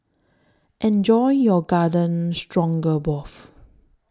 Enjoy your Garden Stroganoff